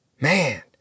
Man